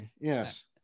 yes